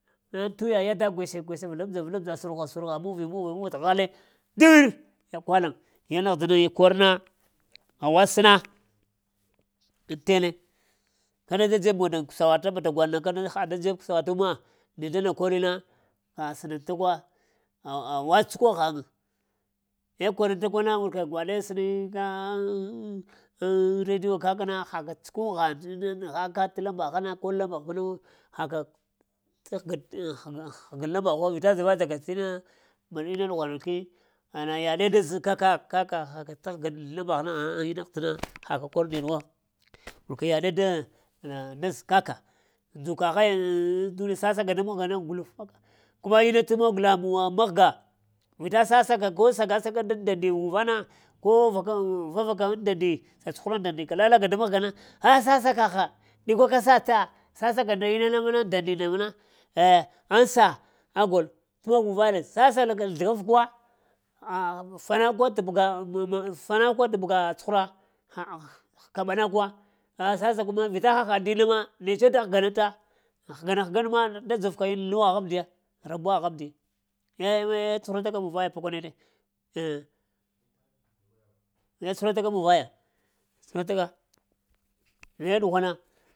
Laŋ toya yada gweshe, gwesha vəlabdza, vəlabdza sərgho, sərgha muvi, muva t'ghale, dəngərrrr kwalaŋ yana ahdəna hai kor na, awa səna ŋ tene məna da dzeb nana gwaɗa kana da kusa wata ha da dzeb kusatu ma ne ɗa na kori na a sənən ta wa a awa tsuka ghaŋ, eh kwaranta ta kun na wurka gwaɗe sənyiŋ ŋ ka ŋ radio kak na haka tsukwa ghaŋ tina na nəgha ka ko lamba ghana ko lamba ba na wo, ha ka t'ghəgən t'həgən lambagh wo vita dzava-dzava ka t'ina mən ina ɗughwan ki, hana yaɗe da zə kak-kaka haka t’ ghəgən lambagh na? Hən ina ahdəna, ha ka kor nde ɗuwo wurka yaɗe da na na da zə kaka nduzka ghaya ŋ ŋh duniya sassa ka da mahga na gulufa ka. Kum ina t'mog lamuwa mahga vita sassak ko saga sa ka daŋ dandi muŋ vana, ko va vavaka ŋ dandi, sa cuhu ŋ dandi lala ka da mahga na ah sassa kaghaa ɗikwa ka sata, sasa ka nda ina na məna ŋ dandi na na, eh ansa agol dow muvanal sassa ka zləhaf kowa, fana ko t’ bəga mən fanal ko t’ bəga cuhura, ŋ kaɓa na kuwa ah sasa kuma vita hahaɗ ndin ma shərta həga nata ghəga na ghəgal ma dat dzurka na rubuwa haŋ ndiya rabuwa ghan mdiya, eh cuhura ta ka muŋ vaya pakwa ne ɗe tsuhurata ka muŋ vaya cuhurataka